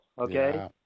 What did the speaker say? okay